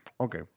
Okay